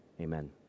Amen